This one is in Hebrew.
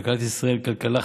כלכלת ישראל היא כלכלה חזקה,